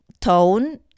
tone